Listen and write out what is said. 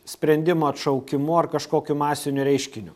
sprendimo atšaukimu ar kažkokiu masiniu reiškiniu